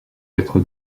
être